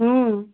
হুম